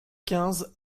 quinze